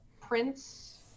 prince